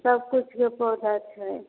सभकिछुके पौधा छै